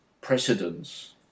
precedence